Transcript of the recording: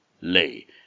lay